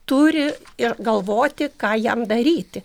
turi ir galvoti ką jam daryti